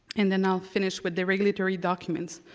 and then i'll finish with the regulatory documents,